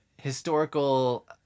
historical